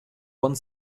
one